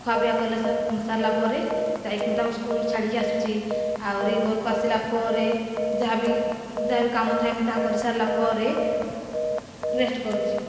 ଖିଆ ପିଆ କଲା ସାରିଲା ପରେ ଯାଇକି ମୁଁ ତାକୁ ସ୍କୁଲ ଛାଡ଼ିକି ଆସୁଛି ଆହୁରି ଘରକୁ ଆସିଲା ପରେ ଯାହାବି ଯାହାବି କାମ ଥାଏ ମୁଁ ତାହା କରି ସାରିଲା ପରେ ରେଷ୍ଟ କରୁଛି